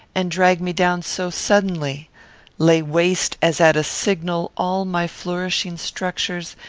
and drag me down so suddenly lay waste, as at a signal, all my flourishing structures,